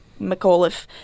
McAuliffe